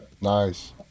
nice